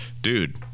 dude